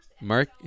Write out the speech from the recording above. Mark